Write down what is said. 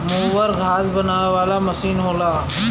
mower घास बनावे वाला मसीन होला